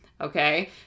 Okay